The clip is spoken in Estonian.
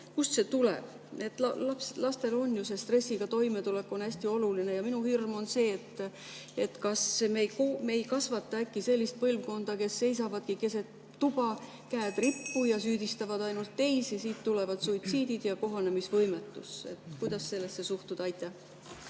kust see tuleb. Lastele on ju stressiga toimetulek hästi oluline. Minu hirm on see, et kas me ei kasvata äkki sellist põlvkonda, kes seisavadki keset tuba, käed rippu, ja süüdistavad ainult teisi. Sealt tulevad suitsiidid ja kohanemisvõimetus. Kuidas sellesse suhtuda?